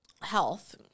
health